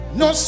no